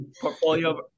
Portfolio